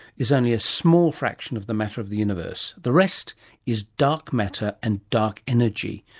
is only a small fraction of the matter of the universe. the rest is dark matter and dark energy.